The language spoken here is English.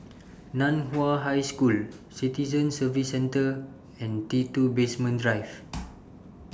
NAN Hua High School Citizen Services Centre and T two Basement Drive